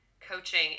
coaching